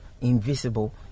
invisible